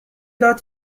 داد